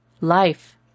Life